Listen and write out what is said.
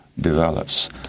develops